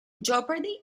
jeopardy